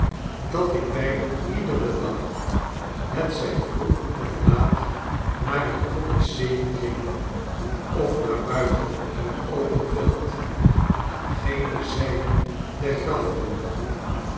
dat ik bijna iederen dag hetzij vroeg of laat naar het coliseum ging of naarbuiten in het open veld aan gene zijde der